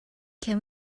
can